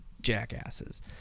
jackasses